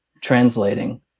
translating